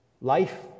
life